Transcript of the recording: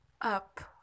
up